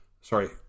Sorry